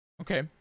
Okay